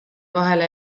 vahele